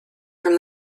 from